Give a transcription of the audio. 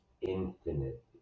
infinite